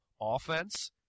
offense